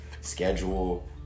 schedule